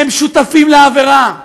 הם שותפים לעבירה,